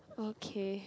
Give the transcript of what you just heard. okay